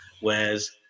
whereas